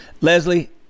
Leslie